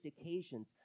occasions